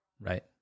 Right